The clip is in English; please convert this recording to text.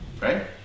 right